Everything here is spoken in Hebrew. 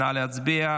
נא להצביע.